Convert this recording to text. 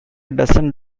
dozen